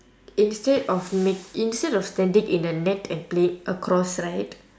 instead of make~ instead of standing in the net and play it across right